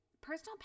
personal